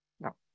No